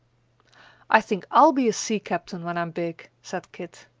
i think i'll be a sea captain when i'm big, said kit.